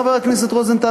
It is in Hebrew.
חבר הכנסת רוזנטל,